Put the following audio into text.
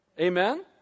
Amen